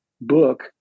book